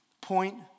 Point